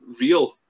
real